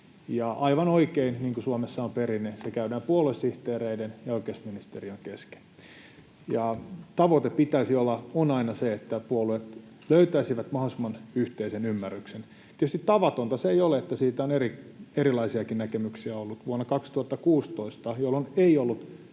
aivan oikein, niin kuin Suomessa on perinne, se käydään puoluesihteereiden ja oikeusministeriön kesken. Ja tavoite on aina se, että puolueet löytäisivät mahdollisimman yhteisen ymmärryksen. Tietysti tavatonta se ei ole, että siitä on erilaisiakin näkemyksiä ollut. Vuonna 2016, jolloin ei ollut